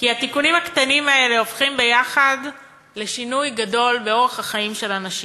כי התיקונים הקטנים האלה הופכים יחד לשינוי גדול באורח החיים של אנשים.